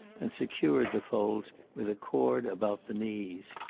and secured the folds with a cord about the knees.